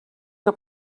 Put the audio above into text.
que